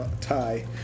tie